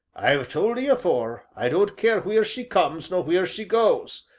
i've told ee afore, i don't care wheer she comes nor wheer she goes,